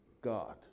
God